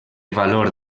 valor